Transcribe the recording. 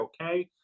okay